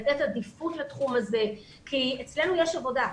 לתת עדיפות לתחום הזה כי אצלנו יש עבודה.